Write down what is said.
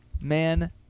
Man